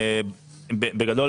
בגדול,